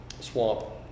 swamp